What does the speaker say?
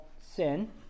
sin